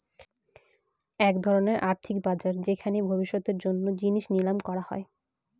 এক ধরনের আর্থিক বাজার যেখানে ভবিষ্যতের জন্য জিনিস নিলাম করা হয়